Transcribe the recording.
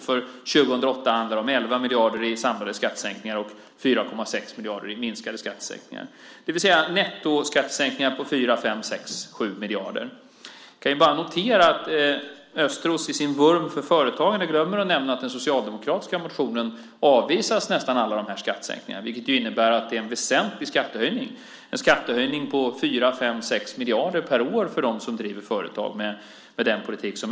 För 2008 handlar det om 11 miljarder i samlade skattesänkningar och 4,6 miljarder i minskade skattesänkningar, det vill säga nettoskattesänkningar på fyra fem sex sju miljarder. Vi kan notera att Östros i sin vurm för företagande glömmer att nämna att i den socialdemokratiska motionen avvisas nästan alla de här skattesänkningarna, vilket ju innebär att det är en väsentlig skattehöjning. Med den politik som Östros står för är det en skattehöjning på fyra fem sex miljarder per år för dem som driver företag.